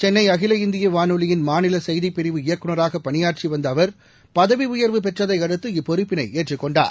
சென்னை அகில இந்திய வானொலியின் மாநில செய்திப் பிரிவு இயக்குநகராக பணியாற்றி வந்த அவர் பதவி உயர்வு பெற்றதை அடுத்து இப்பொறுப்பினை ஏற்றுக் கொண்டார்